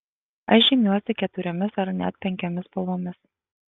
aš žymiuosi keturiomis ar net penkiomis spalvomis